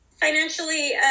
financially